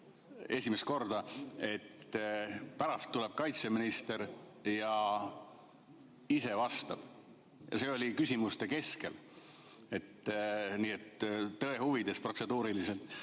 esimest korda, et pärast tuleb kaitseminister ja ise vastab. See oli küsimuste ajal. Tõe huvides, protseduuriliselt,